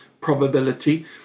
probability